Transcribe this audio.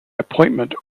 appointment